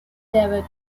david